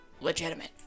legitimate